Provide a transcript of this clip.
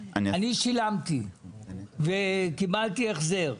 אני שילמתי וקיבלתי החזר.